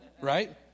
Right